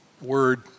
word